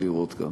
לראות כאן.